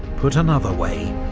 put another way,